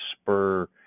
spur